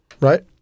right